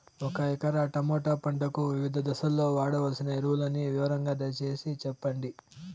ఒక ఎకరా టమోటా పంటకు వివిధ దశల్లో వాడవలసిన ఎరువులని వివరంగా దయ సేసి చెప్పండి?